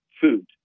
food